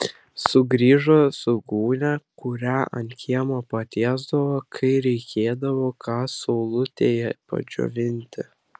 sugrįžo su gūnia kurią ant kiemo patiesdavo kai reikėdavo ką saulutėje padžiovinti